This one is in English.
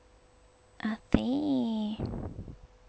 I see